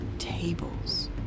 tables